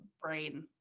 brain